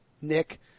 Nick